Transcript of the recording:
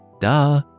Duh